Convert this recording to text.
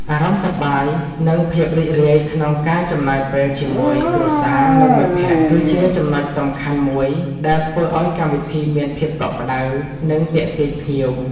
អារម្មណ៍សប្បាយ និងភាពរីករាយក្នុងការចំណាយពេលជាមួយគ្រួសារ និងមិត្តភក្តិ គឺជាចំណុចសំខាន់មួយដែលធ្វើឲ្យកម្មវិធីមានភាពកក់ក្ដៅ និងទាក់ទាញភ្ញៀវ។